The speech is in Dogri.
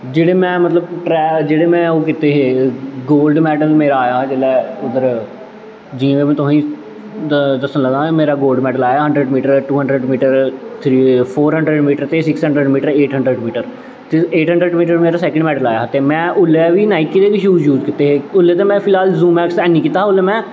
जेह्ड़े मतलब में जेह्ड़े ओह् कीते हे गोल्ड मैडल मेरा आया हा उद्धऱ जि'यां में तुसें में दस्सन लगा मेरा गोल्ड मैडल आया hundred metre to hundred metre four hundred metre six hundred metre ते एट हंडर्ड़ मीटर ते एट हंडर्ड़ मीटर मेरा सैंकड़ मैडल आया हा में उसलै बी नायकी दे शूज़ यूज़ कीते हे उसलै ते में फिलहाल जमैक्स ऐनी कीता हा उसलै में